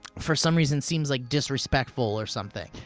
for some reason seems like disrespectful or something.